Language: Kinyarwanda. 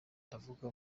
ndavuga